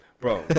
bro